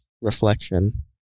reflection